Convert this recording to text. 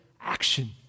action